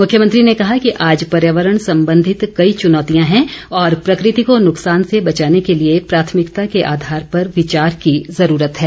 मुख्यमंत्री ने कहा कि आज पर्यावरण संबंधित कई चुनौतियां हैं और प्रकृति को नुकसान से बचाने के लिए प्राथमिकता के आधार पर विचार की जरूरत है